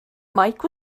mike